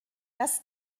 das